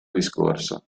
discorso